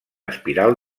espiral